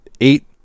eight